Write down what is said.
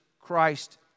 Christ